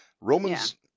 Roman's